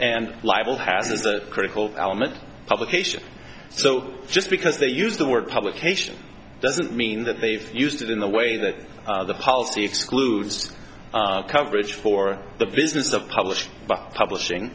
a critical element publication so just because they use the word publication doesn't mean that they've used it in the way that the policy excludes coverage for the business the publish but publishing